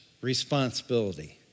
responsibility